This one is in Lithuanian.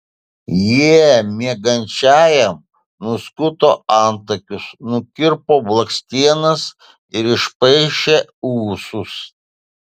jie miegančiajam nuskuto antakius nukirpo blakstienas ir išpaišė ūsus